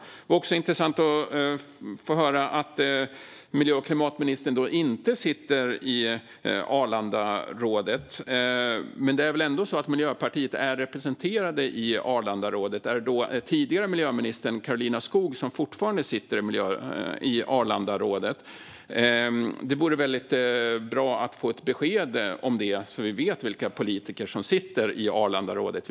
Det var också intressant att få höra att miljö och klimatministern inte sitter i Arlandarådet. Det är väl ändå så att Miljöpartiet är representerat i rådet? Är det den tidigare miljöministern Karolina Skog som fortfarande sitter där? Det vore väldigt bra att få ett besked om det, så att vi vet vilka politiker som sitter i Arlandarådet.